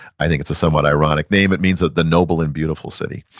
i think it's a somewhat ironic name, it means the noble and beautiful city.